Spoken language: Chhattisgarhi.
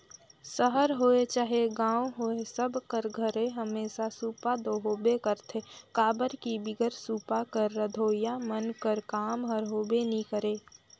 सहर होए चहे गाँव होए सब कर घरे हमेसा सूपा दो होबे करथे काबर कि बिगर सूपा कर रधोइया मन कर काम हर होबे नी करे